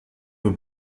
were